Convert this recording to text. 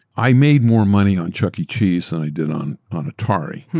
i made more money on chuck e. cheese than i did on on atari,